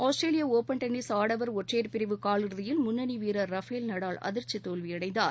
ஆஸ்திரேலிய open tennis ஆடவர் ஒற்றையர் பிரிவு காலிறுதியில் முன்னணி வீரர் ரஃபேல் நடால் அதிர்ச்சி தோல்வியடைந்தார்